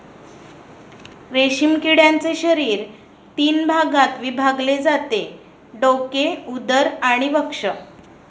रेशीम किड्याचे शरीर तीन भागात विभागले जाते डोके, उदर आणि वक्ष